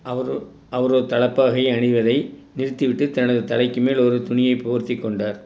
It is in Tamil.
அவர் ஒரு அவர் ஒரு தலைப்பாகை அணிவதை நிறுத்திவிட்டு தனது தலைக்கு மேல் ஒரு துணியை போர்த்திக் கொண்டார்